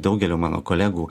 daugelio mano kolegų